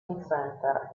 centre